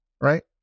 right